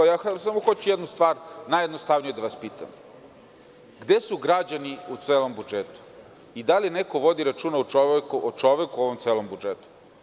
Samo hoću jednu stvar najjednostavniju da vas pitam – gde su građani u celom budžetu i da li neko vodi računa o čoveku u ovom celom budžetu?